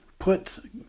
put